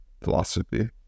philosophy